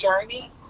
journey